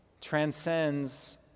Transcends